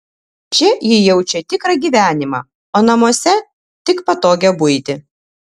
čia ji jaučia tikrą gyvenimą o namuose tik patogią buitį